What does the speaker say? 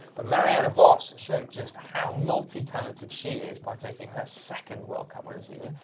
but marianne vos showed just how multi-talented she is, by taking her second world cup winter season.